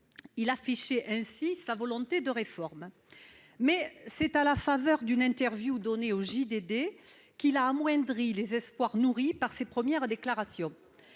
», affichant ainsi sa volonté de réforme. Toutefois, à la faveur d'une interview donnée au, il a amoindri les espoirs que ses premières déclarations